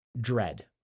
dread